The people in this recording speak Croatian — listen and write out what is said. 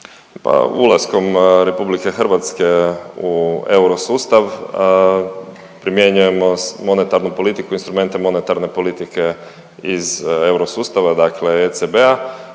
ulaskom Republike Hrvatske u euro sustav primjenjujemo monetarnu politiku, instrumente monetarne politike iz euro sustava dakle ECB-a,